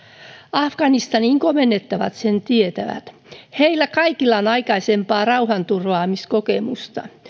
afganistaniin komennettavat sen tietävät heillä kaikilla on aikaisempaa rauhanturvaamiskokemusta